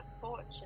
fortune